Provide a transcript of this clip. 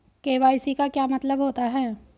KYC का क्या मतलब होता है?